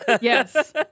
Yes